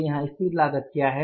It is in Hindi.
तो यहां स्थिर लागत क्या है